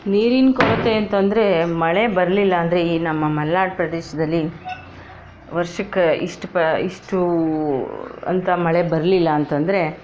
ನೀರಿನ ಕೊರತೆ ಅಂತಂದರೆ ಮಳೆ ಬರಲಿಲ್ಲ ಅಂದರೆ ಈ ನಮ್ಮ ಮಲೆನಾಡು ಪ್ರದೇಶದಲ್ಲಿ ವರ್ಷಕ್ಕೆ ಇಷ್ಟು ಪ ಇಷ್ಟು ಅಂತ ಮಳೆ ಬರಲಿಲ್ಲ ಅಂತಂದರೆ